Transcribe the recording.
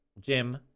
Jim